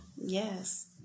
Yes